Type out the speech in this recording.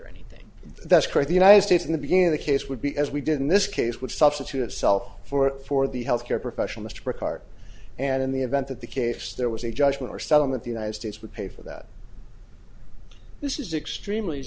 or anything that's quite the united states in the beginning of the case would be as we did in this case would substitute itself for it for the health care profession mr card and in the event that the case there was a judgment or settlement the united states would pay for that this is extremely